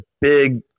big